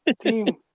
team